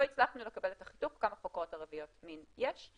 לא הצלחנו לקבל את החיתוך כמה חוקרות עבירות מין ערביות יש,